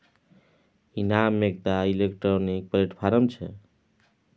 इनाम एकटा electronic platform छै